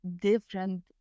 different